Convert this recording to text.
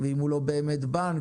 אם הוא לא באמת בנק,